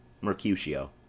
Mercutio